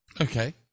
Okay